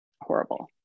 horrible